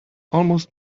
almost